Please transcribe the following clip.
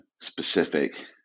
specific